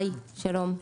היי, שלום,